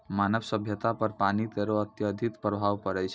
मानव सभ्यता पर पानी केरो अत्यधिक प्रभाव पड़ै छै